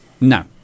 No